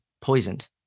poisoned